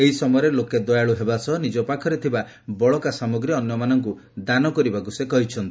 ଏହି ସମୟରେ ଲୋକେ ଦୟାଳୁ ହେବା ସହ ନିକ ପାଖରେ ଥିବା ବଳକା ସାମଗ୍ରୀ ଅନ୍ୟମାନଙ୍କୁ ଦାନ କରିବାକୁ ସେ କହିଛନ୍ତି